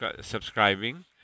subscribing